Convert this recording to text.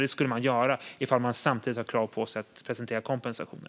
Det skulle man göra om man samtidigt har krav på sig att presentera kompensationer.